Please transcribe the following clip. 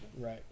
right